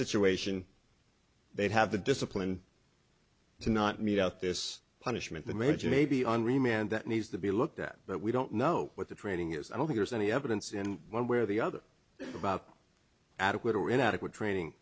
situation they'd have the discipline to not mete out this punishment the marriage may be on remand that needs to be looked at but we don't know what the training is i don't think there's any evidence in one way or the other about adequate or inadequate training